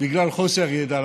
בגלל חוסר ידע.